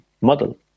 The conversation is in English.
model